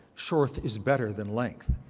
shorth is better than length.